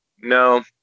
No